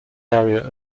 area